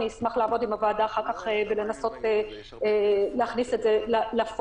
אשמח לעבוד עם הוועדה אחר כך ולנסות להכניס את זה לפועל.